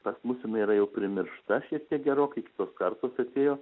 pas mus jinai yra jau primiršta šiek tiek gerokai kitos kartos atėjo